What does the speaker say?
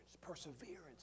perseverance